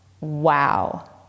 wow